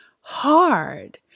hard